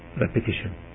repetition